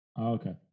Okay